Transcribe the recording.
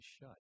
shut